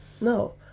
no